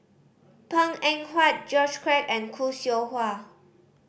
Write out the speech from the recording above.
Png Eng Huat George Quek and Khoo Seow Hwa